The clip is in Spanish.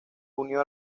unió